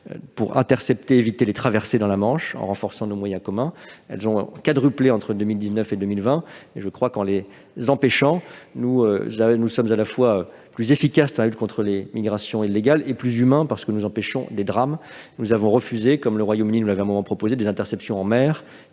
afin d'éviter les traversées de la Manche en renforçant nos moyens communs. Ces traversées ont quadruplé entre 2019 et 2020. En les empêchant, nous sommes à la fois plus efficaces dans la lutte contre l'immigration illégale et plus humains, parce que nous empêchons des drames. Nous avons refusé, comme le Royaume-Uni l'avait proposé, des interceptions en mer